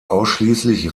ausschließlich